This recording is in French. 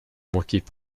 manquaient